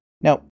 Now